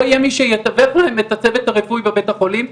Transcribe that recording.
לא יהיה מי שיתווך להם את הצוות הרפואי בבית החולים.